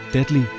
Deadly